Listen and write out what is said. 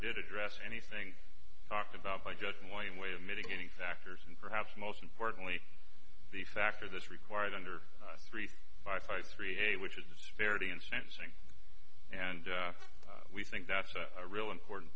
did address anything talked about by just one way of mitigating factors and perhaps most importantly the factor that's required under three by five three eight which is disparity in sentencing and we think that's a real important